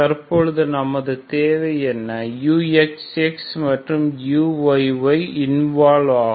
தற்பொழுது நமது தேவை என்ன uxx and uyy இன்வால்வ் ஆகும்